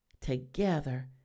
together